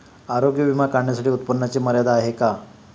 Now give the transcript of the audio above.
आरोग्य विमा काढण्यासाठी उत्पन्नाची मर्यादा आहे का?